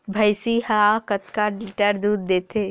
भंइसी हा कतका लीटर दूध देथे?